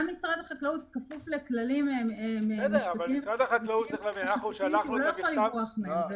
החקלאות כפוף לכללים משפטיים והוא לא יכול לברוח מהם.